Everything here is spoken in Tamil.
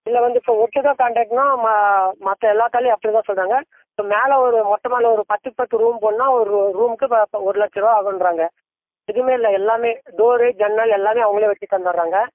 இல்லை வந்து இப்போ ஒட்டுக்கா கான்ட்ராக்ட்ன்னா மா மற்ற எல்லாத்தாலையும் அப்படிதான் சொல்கிறாங்க இப்போ மேலே ஒரு மொட்டை மாடியில ஒரு பத்துக்கு பத்து ரூம் போடணுன்னா ஒரு ரூமுக்கு இப்போ ஒரு லட்சரூவா ஆகுன்றாங்க எதுவுமே இல்லை எல்லாமே டோரு ஜன்னல் எல்லாமே அவங்களே வச்சு தந்துடுறாங்க